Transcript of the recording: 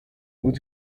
would